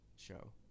Show